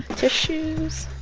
tissues?